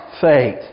faith